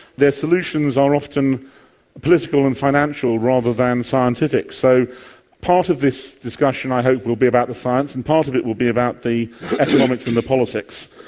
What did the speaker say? their solutions are often political and financial rather than scientific. so part of this discussion i hope will be about the science, and part of it will be about the economics and the politics.